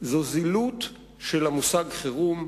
זילות של המושג "חירום",